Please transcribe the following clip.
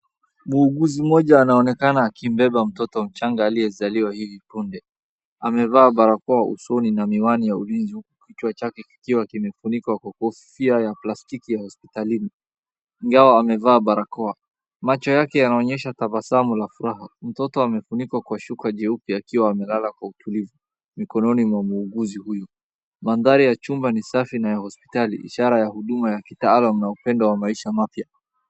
Muuguzi mmoja anaonekana akimbeba mtoto mchanga aliyezaliwa hivi punde. Amevaa barakoa usoni na miwani ya ulinzi huku kichwa chake kikiwa kimefunikwa kwa kofia ya plastiki ya hospitalini. Ingawa amevaa barakoa, macho yake yanaonyesha tabasamu la furaha. Mtoto amefunikwa kwa shuka jeukpe akiwa amelala kwa utulivu. Mikononi mwa muuguzi huyo. Mandhari ya chumba ni safi na ya hospitali. Ishara ya huduma ya kitaalamu na upendo wa maisha mapya.